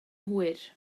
hwyr